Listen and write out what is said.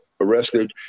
arrested